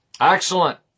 Excellent